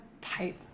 tight